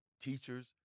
teachers